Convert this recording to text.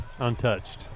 untouched